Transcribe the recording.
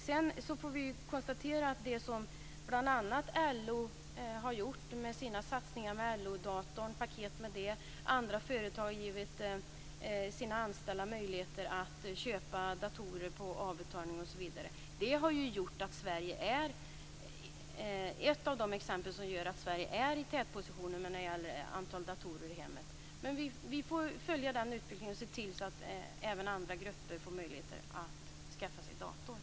Vi får konstatera att det som LO har gjort med sina satsningar på paket med LO-datorn, och det som andra företag har gjort när de givit sina anställda möjligheter att köpa dator på avbetalning, har inneburit att Sverige är i en tätposition när det gäller antalet datorer i hemmet. Vi får följa den utvecklingen och se till att även andra grupper får möjlighet att skaffa dator.